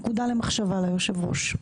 זאת נקודה למחשבה ליושב ראש.